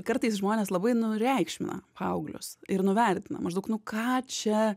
kartais žmonės labai nureikšmina paauglius ir nuvertina maždaug nu ką čia